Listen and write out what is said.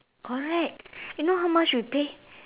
correct you know how much we pay